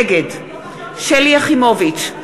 נגד שלי יחימוביץ,